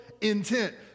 intent